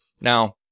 Now